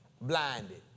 Blinded